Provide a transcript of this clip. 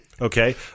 Okay